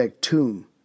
tomb